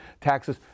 taxes